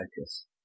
focus